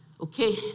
Okay